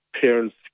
parents